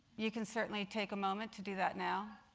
you can certainly take a moment to do that now.